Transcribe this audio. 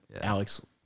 Alex